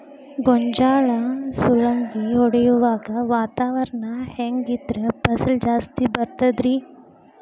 ಗೋಂಜಾಳ ಸುಲಂಗಿ ಹೊಡೆಯುವಾಗ ವಾತಾವರಣ ಹೆಂಗ್ ಇದ್ದರ ಫಸಲು ಜಾಸ್ತಿ ಬರತದ ರಿ?